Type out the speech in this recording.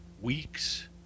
Weeks